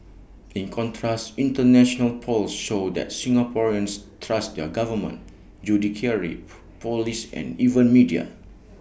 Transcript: in contrast International polls show that Singaporeans trust their government judiciary Police and even media